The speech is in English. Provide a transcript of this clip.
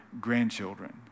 grandchildren